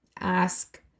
ask